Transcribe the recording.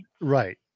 right